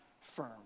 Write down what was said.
firm